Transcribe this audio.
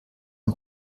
und